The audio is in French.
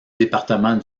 département